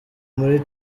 muri